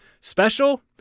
special